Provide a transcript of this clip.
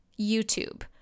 YouTube